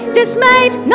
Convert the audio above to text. dismayed